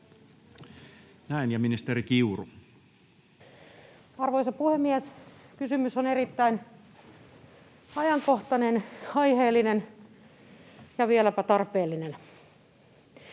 Näin. — Ja ministeri Kiuru. Arvoisa puhemies! Kysymys on erittäin ajankohtainen, aiheellinen ja vieläpä tarpeellinen.